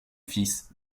fils